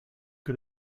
que